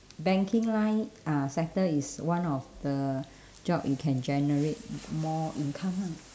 banking line uh sector is one of the job you can generate more income lah